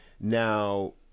Now